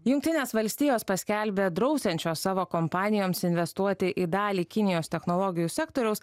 jungtinės valstijos paskelbė drausiančios savo kompanijoms investuoti į dalį kinijos technologijų sektoriaus